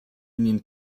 union